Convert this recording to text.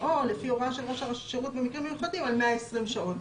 או לפי הוראה של ראש השירות במקרים מיוחדים על 120 שעות.